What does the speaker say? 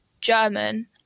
German